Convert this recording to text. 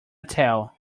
tell